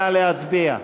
נא להצביע.